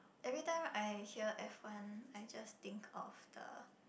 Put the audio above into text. every time I hear F one I just think of the